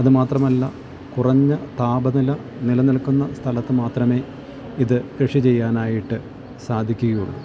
അത് മാത്രമല്ല കുറഞ്ഞ താപനില നിലനിൽക്കുന്ന സ്ഥലത്ത് മാത്രമേ ഇത് കൃഷി ചെയ്യാനായിട്ട് സാധിക്കുകയുള്ളൂ